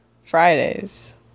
Fridays